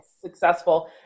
successful